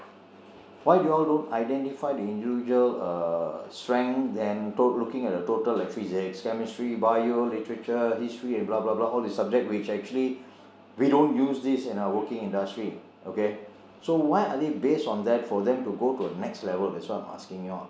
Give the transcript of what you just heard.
why do you all don't identify the individual uh strength than looking at the total like physics chemistry bio literature history and blah blah blah all these subjects which actually we don't use these in our working industry okay so why are they based on that for them to go to a next level that's why I am asking you all